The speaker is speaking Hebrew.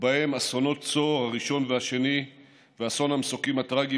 ובהם אסונות צור הראשון והשני ואסון המסוקים הטרגי,